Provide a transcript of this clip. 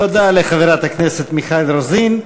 תודה לחברת הכנסת מיכל רוזין.